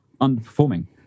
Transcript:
underperforming